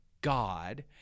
God